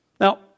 Now